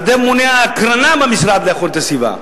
לממונה על הקרינה במשרד להגנת הסביבה,